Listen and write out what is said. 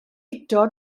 guto